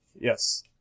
Yes